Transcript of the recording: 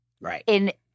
Right